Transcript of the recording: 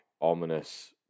ominous